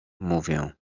mówię